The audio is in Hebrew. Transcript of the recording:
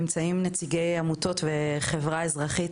נמצאים גם נציגי עמותות וחברה אזרחית